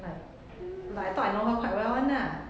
like like I thought I know her quite well [one] lah